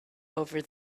over